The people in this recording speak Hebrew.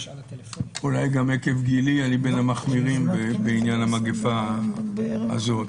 אולי גם עקב גילי אני בין המחמירים בעניין המגפה הזאת,